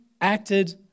acted